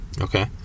Okay